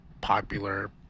popular